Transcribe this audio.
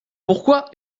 pourquoi